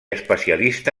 especialista